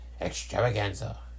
extravaganza